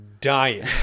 dying